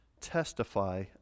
testify